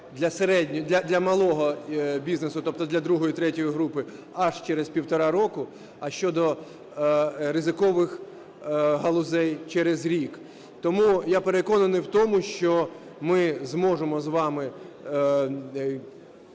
для малого бізнесу, тобто для другої-третьої групи аж через півтора року, а щодо ризикових галузей через рік. Тому я переконаний в тому, що ми зможемо з вами,